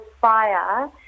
fire